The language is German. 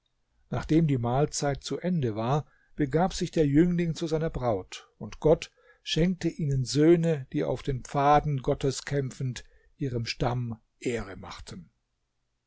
nachdem die mahlzeit zu ende war begab sich der jüngling zu seiner braut und gott schenkte ihnen söhne die auf den pfaden gottes kämpfend ihrem stamm ehre machten